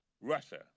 Russia